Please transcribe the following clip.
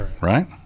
Right